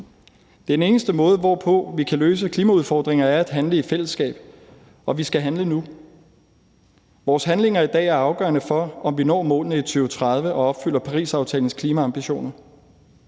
Den eneste måde, hvorpå vi kan løse klimaudfordringerne, er at handle i fællesskab, og vi skal handle nu. Vores handlinger i dag er afgørende for, om vi når målene i 2030 og opfylder Parisaftalens klimaambitioner.